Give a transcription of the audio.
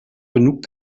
genug